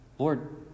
Lord